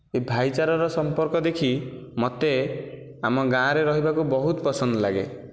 ଏହି ଭାଇଚାରାର ସମ୍ପର୍କ ଦେଖି ମୋତେ ଆମ ଗାଁରେ ରହିବାକୁ ବହୁତ ପସନ୍ଦ ଲାଗେ